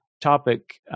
topic